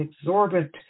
exorbitant